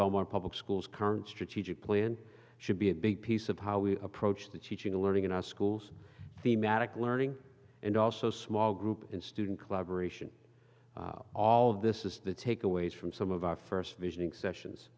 beaumont public schools current strategic plan should be a big piece of how we approach the teaching of learning in our schools thematic learning and also small group and student collaboration all of this is the takeaways from some of our first visioning sessions